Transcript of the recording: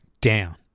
down